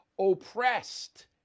oppressed